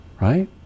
Right